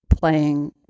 playing